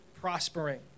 prospering